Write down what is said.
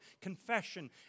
confession